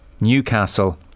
Newcastle